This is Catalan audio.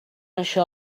això